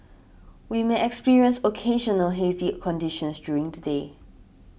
we may experience occasional hazy conditions during the day